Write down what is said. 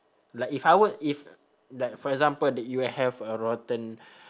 like if I were if like for example that you have a rotten